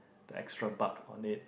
the extra buck on it